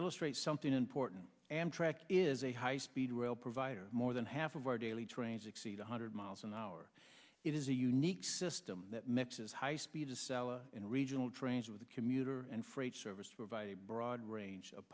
illustrate something important amtrak is a high speed rail provider more than half of our daily trains exceed one hundred miles an hour it is a unique system that mixes high speeds a cell in regional trains with a commuter and freight service to provide a broad range of